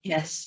Yes